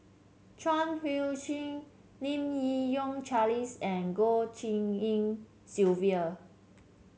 Chuang Hui Tsuan Lim Yi Yong Charles and Goh Tshin En Sylvia